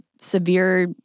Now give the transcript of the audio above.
severe